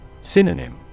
Synonym